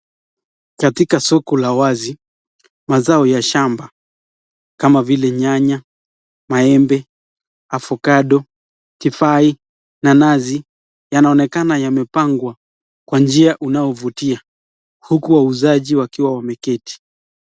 Katika soko la wazi, mazao ya shamba kama vile nyanya, maembe, avocado , tifahi, nanasi yanaonekana yamepangwa kwa njia unaovutia uku wauzaji wakiwa wameketi.